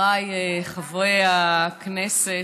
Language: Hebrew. חבריי חברי הכנסת,